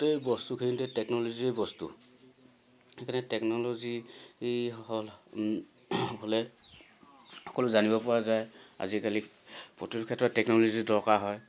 গোটেই বস্তুখিনিতে টেকন'লজিয়েই বস্তু সেইকাৰণে টেকন'লজি হ'লে সকলো জানিবপৰা যায় আজিকালি প্ৰতিটো ক্ষেত্ৰত টেকন'লজিৰ দৰকাৰ হয়